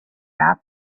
not